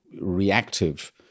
reactive